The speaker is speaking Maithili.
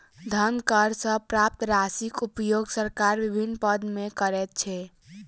धन कर सॅ प्राप्त राशिक उपयोग सरकार विभिन्न मद मे करैत छै